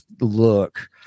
look